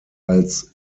als